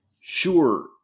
sure